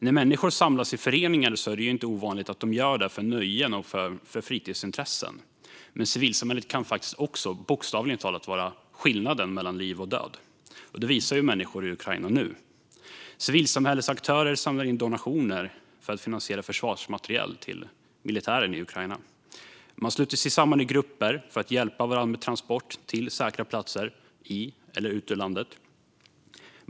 När människor samlas i föreningar är det inte ovanligt att de gör det för nöjen och för fritidsintressen. Men civilsamhället kan också bokstavligt talat vara skillnaden mellan liv och död. Det visar människor i Ukraina nu. Civilsamhällesaktörer samlar in donationer för att finansiera försvarsmateriel till militären i Ukraina. Man sluter sig samman i grupper för att hjälpa varandra med transport till säkra platser i eller utanför landet.